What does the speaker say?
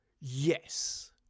yes